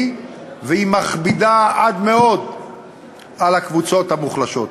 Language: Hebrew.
ומכבידה עד מאוד על הקבוצות המוחלשות.